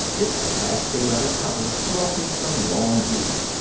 its plastileather cover glossy from long use.